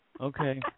Okay